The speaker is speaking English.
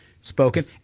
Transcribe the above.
spoken